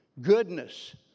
Goodness